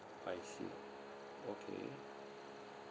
I see okay